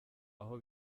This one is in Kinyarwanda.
aho